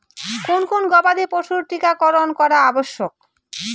কোন কোন গবাদি পশুর টীকা করন করা আবশ্যক?